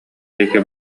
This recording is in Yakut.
диэки